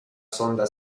sonda